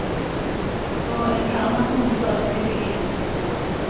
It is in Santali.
ᱚ ᱮᱱᱠᱷᱟᱱ ᱚᱱᱟ ᱠᱚᱦᱚᱸ ᱡᱚᱛᱚᱣᱟᱜ ᱯᱷᱨᱤ ᱛᱮᱜᱮ